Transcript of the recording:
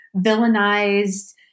villainized